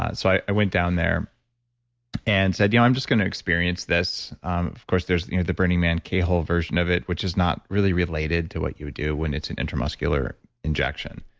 ah so i went down there and said, yeah i'm just going to experience this. of course, there's the burning man k-hole version of it, which is not really related to what you would do when it's an intramuscular injection.